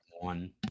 one